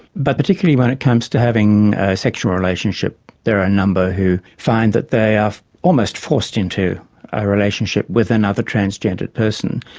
but particularly when it comes to having a sexual relationship there are a number who find that they are almost forced into a relationship with another transgendered person,